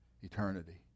eternity